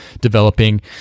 developing